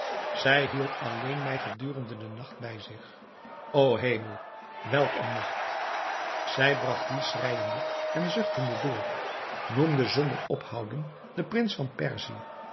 zij hield alleen mij gedurende den nacht bij zich o hemel welk een nacht zij bragt dien schreijende en zuchtende door noemde zonder ophouden den prins van perzië